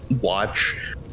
watch